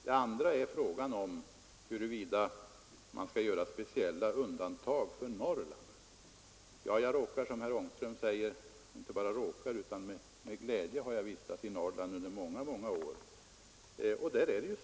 Det andra gäller frågan om huruvida man skall göra speciella undantag för Norrland. Jag har — som herr Ångström påminde om — vistats i Norrland under många år, och det med glädje.